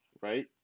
right